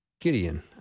Gideon